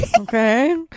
Okay